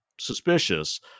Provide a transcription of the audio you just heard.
suspicious